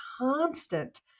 constant